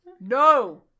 No